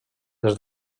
des